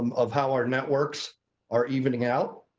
um of how our networks are evening out.